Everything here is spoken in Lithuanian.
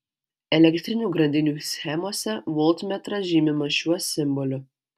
elektrinių grandinių schemose voltmetras žymimas šiuo simboliu